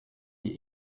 die